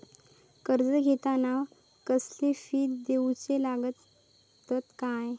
कर्ज घेताना कसले फी दिऊचे लागतत काय?